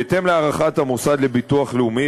להערכת המוסד לביטוח לאומי,